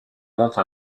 monte